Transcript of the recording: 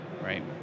right